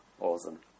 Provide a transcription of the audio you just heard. Awesome